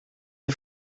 you